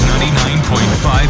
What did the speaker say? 99.5